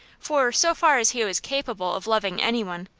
for, so far as he was capable of loving any one,